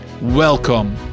welcome